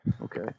Okay